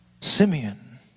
Simeon